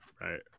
Right